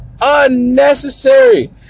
unnecessary